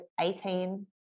18